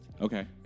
Okay